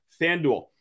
FanDuel